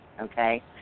Okay